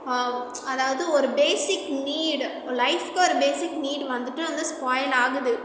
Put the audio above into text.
அதாவது ஒரு basic need ஃலைப்க்கு ஒரு பேஸிக் நீடு வந்துவிட்டு வந்து ஸ்பாயில் ஆகுது